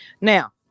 Now